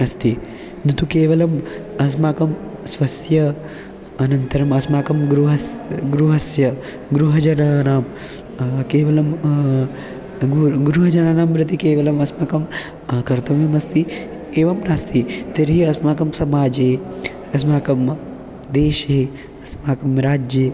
अस्ति न तु केवलम् अस्माकं स्वस्य अनन्तरम् अस्माकं गृहस्य गृहस्य गृहजनानां केवलं गूर गृहजनानां प्रति केवलम् अस्माकं कर्तव्यमस्ति एवं नास्ति तर्हि अस्माकं समाजे अस्माकं देशे अस्माकं राज्ये